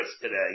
today